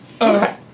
Okay